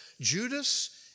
Judas